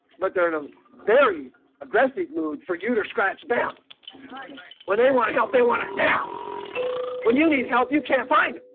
but they're in a very aggressive mood for you to scratch them when they want to help they want a nap when you need help, you can't find